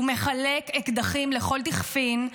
ומחלק אקדחים לכל דכפין,